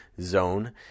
Zone